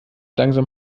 langsam